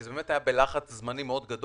כי זה היה בלחץ זמנים מאוד גדול,